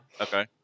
okay